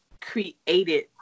created